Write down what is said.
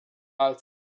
als